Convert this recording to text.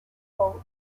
fought